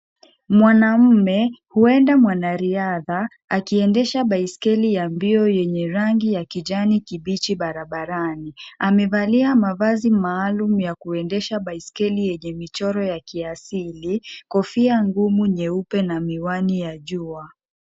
Mwanamme huenda mwanariadha, akiendesha baiskeli ya mbio yenye rangi ya kijani kibichi barabarani. Amevalia mavazi maalum ya kuendesha baiskeli yenye michoro ya kiasili, kofia ngumu nyeupe na miwani ya jua.